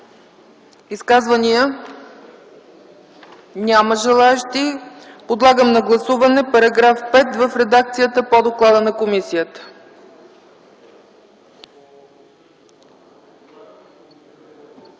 Изказвания? Няма желаещи. Подлагам на гласуване § 1 в редакцията по доклада на комисията.